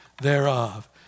thereof